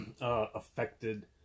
affected